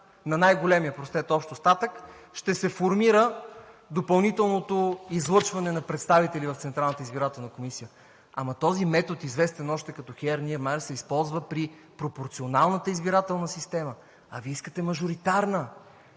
на най-големия общ остатък ще се формира допълнителното излъчване на представители в Централната избирателна комисия. Ама този метод, известен още като Хеър-Нимайер, се използва при пропорционалната избирателна система, а вие искате мажоритарна!